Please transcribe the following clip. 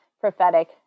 prophetic